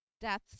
Death's